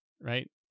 right